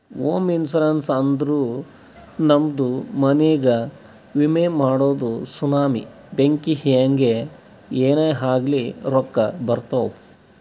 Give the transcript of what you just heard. ಹೋಮ ಇನ್ಸೂರೆನ್ಸ್ ಅಂದುರ್ ನಮ್ದು ಮನಿಗ್ಗ ವಿಮೆ ಮಾಡದು ಸುನಾಮಿ, ಬೆಂಕಿ ಹಿಂಗೆ ಏನೇ ಆಗ್ಲಿ ರೊಕ್ಕಾ ಬರ್ತಾವ್